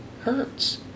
hurts